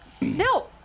No